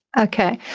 okay,